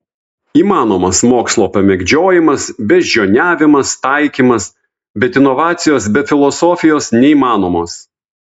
įmanomas mokslo pamėgdžiojimas beždžioniavimas taikymas bet inovacijos be filosofijos neįmanomos